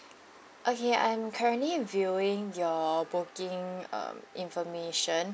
okay I am currently viewing your booking um information